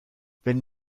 wenn